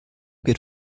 geht